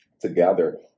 together